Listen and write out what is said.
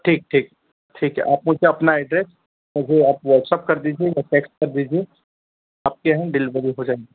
ठीक ठीक ठीक है आप मुझे अपना एड्रेस अभी आप वाट्सअप कर दीजिए या टेक्स कर दीजिए आपके यहाँ डिलीवेरी हो जाएगी